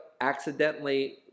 accidentally